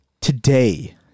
today